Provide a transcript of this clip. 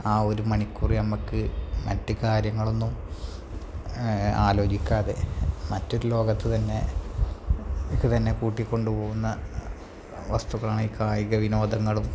ആ ഒരു മണിക്കൂർ നമുക്ക് മറ്റൊരു കാര്യങ്ങളൊന്നും ആലോചിക്കാതെ മറ്റൊരു ലോകത്ത് തന്നെ കൂട്ടിക്കൊണ്ടുപോകുന്ന വസ്തുക്കളാണ് ഈ കായിക വിനോദങ്ങളും